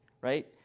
right